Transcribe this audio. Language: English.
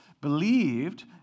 believed